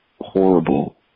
Horrible